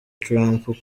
trump